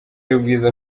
y’ubwiza